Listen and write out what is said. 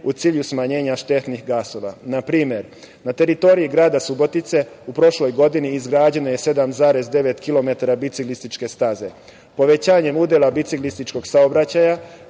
u cilju smanjenja štetnih gasova. Na primer, na teritoriji grada Subotice u prošloj godini izgrađeno je 7,9 kilometara biciklističke staze. Povećanjem udela biciklističkog saobraćaja